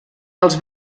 els